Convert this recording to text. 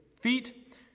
feet